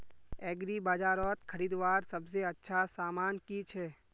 एग्रीबाजारोत खरीदवार सबसे अच्छा सामान की छे?